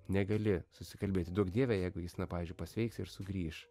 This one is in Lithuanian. negali susikalbėti duok dieve jeigu jis na pavyzdžiui pasveiks ir sugrįš